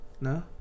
No